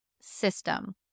system